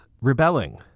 rebelling